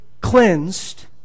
cleansed